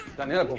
danielle,